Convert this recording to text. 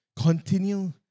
Continue